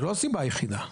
לא הסיבה היחידה,